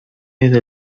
desde